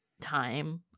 time